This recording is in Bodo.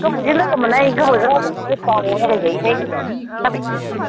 गोबावजों लोगो मोननाय गोबावजों रायज्लायनाय गोबाव रायज्लायजायो हाय जाबाय